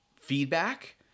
feedback